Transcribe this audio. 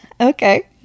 Okay